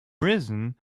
reason